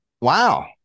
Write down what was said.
Wow